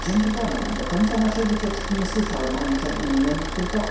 dzięki temu do końca naszej wycieczki nie słyszałem o niczem innem tylko